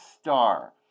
star